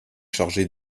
chargée